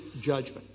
judgment